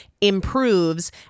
improves